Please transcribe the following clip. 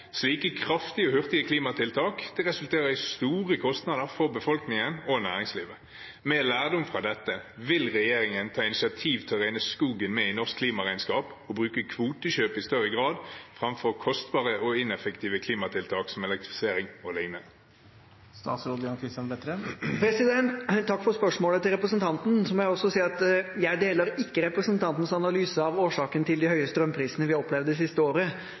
Slike kraftige og hurtige klimatiltak resulterer i store kostnader for befolkningen og næringslivet. Med lærdom fra dette – vil regjeringen ta initiativ til å regne skogen med i norsk klimaregnskap og bruke kvotekjøp i større grad, framfor kostbare og ineffektive klimatiltak som elektrifisering og lignende?» Takk for spørsmålet fra representanten. Jeg må si at jeg ikke deler representantens analyse av årsaken til de høye strømprisene vi har opplevd det siste året